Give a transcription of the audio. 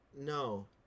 No